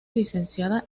licenciada